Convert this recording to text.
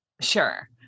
Sure